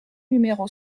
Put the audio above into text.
numéro